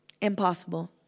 impossible